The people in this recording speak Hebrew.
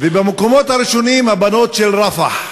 ובמקומות הראשונים הבנות של רַפַח,